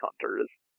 hunters